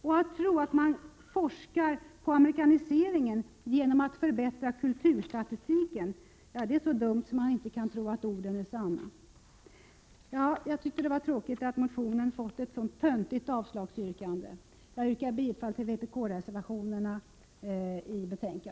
Och att tro att man forskar om amerikaniseringen genom att förbättra kulturstatistiken, är så dumt att jag inte kan tro att orden är sanna. Jag tycker att det var tråkigt att motionen fått ett så töntigt avslagsyrkande. Jag yrkar bifall till vpk-reservationerna.